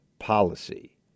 policy